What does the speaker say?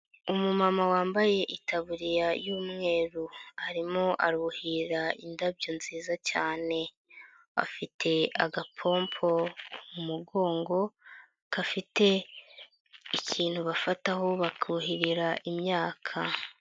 Umumama wambaye itaburiya yu'umweru arimo aruhira indabyo nziza cyane, afite agapompo mu mugongo gafite ikintu bafataho bakuhirira imyaka.